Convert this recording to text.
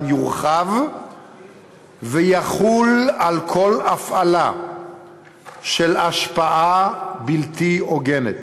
יורחב ויחול על כל הפעלה של השפעה בלתי הוגנת.